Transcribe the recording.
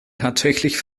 tatsächlich